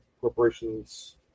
corporations